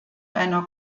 einer